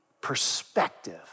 perspective